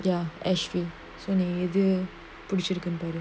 ya ashby so நீ எது புடிச்சிருக்குனு பாரு:nee ethu pudichirukunu paaru